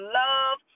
love